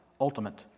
ultimate